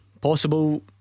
possible